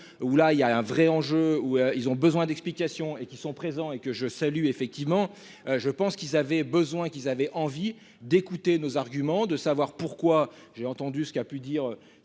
où là il y a un vrai enjeu où ils ont besoin d'explication et qui sont présents et que je salue, effectivement, je pense qu'ils avaient besoin qu'ils avaient envie d'écouter nos arguments de savoir pourquoi j'ai entendu ce qui a pu dire